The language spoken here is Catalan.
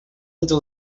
entre